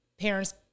parents